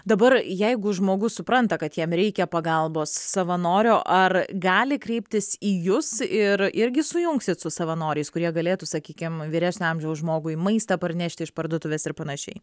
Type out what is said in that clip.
dabar jeigu žmogus supranta kad jam reikia pagalbos savanorio ar gali kreiptis į jus ir irgi sujungsit su savanoriais kurie galėtų sakykim vyresnio amžiaus žmogui maistą parnešti iš parduotuvės ir panašiai